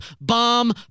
bomb